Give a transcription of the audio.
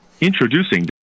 Introducing